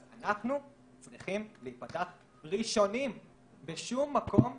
ולמרות זאת אנחנו זורקים אותו לתחתית שרשרת המזון.